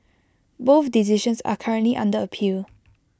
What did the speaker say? both decisions are currently under appeal